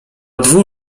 dwu